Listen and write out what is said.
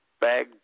bag